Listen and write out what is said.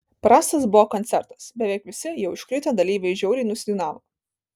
prastas buvo koncertas beveik visi jau iškritę dalyviai žiauriai nusidainavo